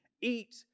eat